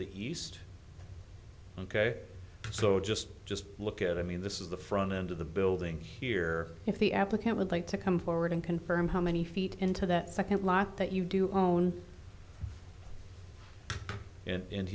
the east ok so just just look at i mean this is the front end of the building here if the applicant would like to come forward and confirm how many feet into that second lot that you do own and